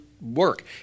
work